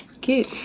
cute